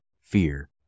fear